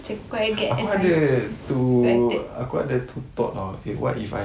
cam kau get excited